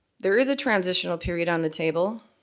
there is a transitional period on the table.